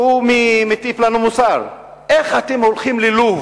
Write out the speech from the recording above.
ראו מי מטיף לכם מוסר: איך אתם הולכים ללוב?